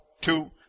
two